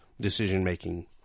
decision-making